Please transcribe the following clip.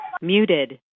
Muted